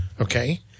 Okay